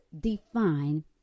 define